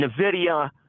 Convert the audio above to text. NVIDIA